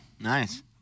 Nice